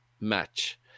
match